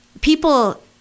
people